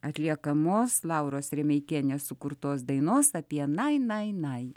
atliekamos lauros remeikienės sukurtos dainos apie nai nai nai